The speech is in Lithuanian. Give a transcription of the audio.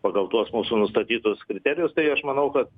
pagal tuos mūsų nustatytus kriterijus tai aš manau kad